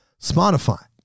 Spotify